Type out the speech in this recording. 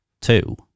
Two